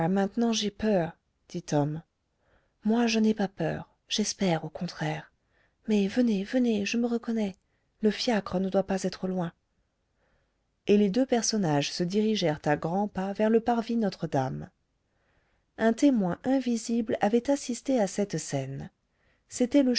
maintenant j'ai peur dit tom moi je n'ai pas peur j'espère au contraire mais venez venez je me reconnais le fiacre ne doit pas être loin et les deux personnages se dirigèrent à grands pas vers le parvis notre-dame un témoin invisible avait assisté à cette scène c'était le